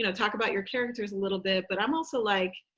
and talk about your characters a little bit. but i'm also like,